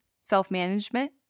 self-management